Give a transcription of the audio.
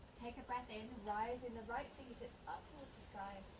take a breath in, risin' the right fingertips up towards the sky,